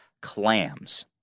clams